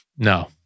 No